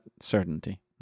certainty